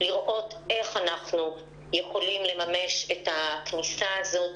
לראות איך אנחנו יכולים לממש את הכניסה הזאת,